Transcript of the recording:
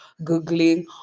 Googling